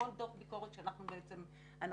בכל דוח ביקורת שאנחנו מבצעים.